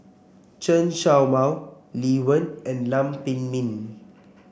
Chen Show Mao Lee Wen and Lam Pin Min